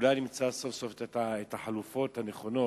אולי נמצא סוף סוף את החלופות הנכונות,